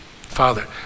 Father